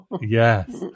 Yes